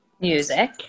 Music